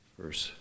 verse